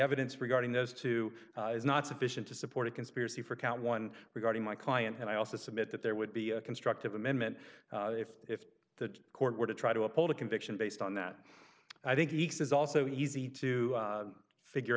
evidence regarding those two is not sufficient to support a conspiracy for count one regarding my client and i also submit that there would be a constructive amendment if if the court were to try to uphold a conviction based on that i think eeks is also easy to figure